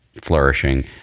flourishing